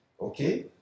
Okay